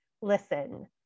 listen